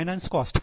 finance cost